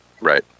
Right